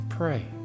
pray